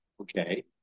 okay